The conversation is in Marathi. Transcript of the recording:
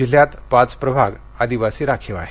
जिल्ह्यात पाच प्रभाग आदिवासी राखीव आहेत